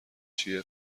چیه